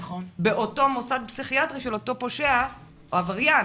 באותו מוסד פסיכיאטרי של אותו פושע או עבריין